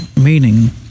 meaning